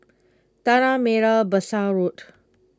Tanah Merah Besar Road